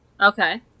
Okay